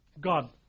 God